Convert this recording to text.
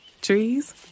Trees